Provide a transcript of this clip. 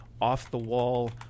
off-the-wall